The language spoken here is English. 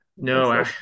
no